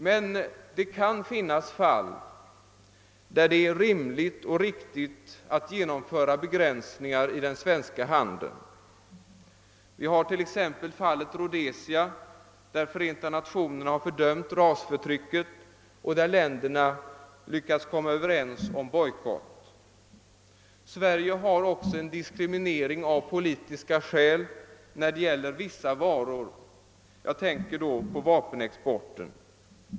Men det kan finnas fall, där det är rimligt och riktigt att genomföra begränsningar i den svenska handeln. Vi har t.ex. fallet Rhodesia, där FN har fördömt rasförtrycket och där länderna lyckats komma överens om en bojkott. Sverige tillämpar också en diskriminering av politiska skäl när det gäller vissa varor — jag tänker på vapenexporten.